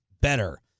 better